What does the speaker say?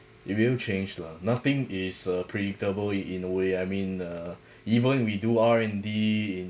it will change lah nothing is uh predictable in in a way I mean uh even if we do R&D in